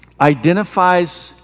identifies